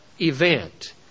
event